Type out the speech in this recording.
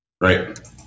Right